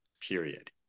period